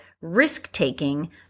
risk-taking